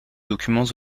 documents